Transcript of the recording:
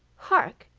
hark!